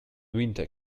winter